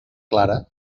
clara